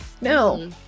no